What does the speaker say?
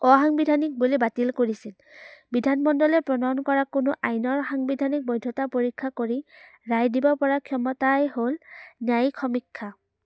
অসাংবিধানিক বুলি বাতিল কৰিছিল বিধানমণ্ডলে প্ৰণয়ন কৰা কোনো আইনৰ সাংবিধানিক বৈধতা পৰীক্ষা কৰি ৰাই দিব পৰা ক্ষমতাই হ'ল ন্যায়ীক সমীক্ষা